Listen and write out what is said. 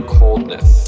coldness